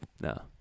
No